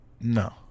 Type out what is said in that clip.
No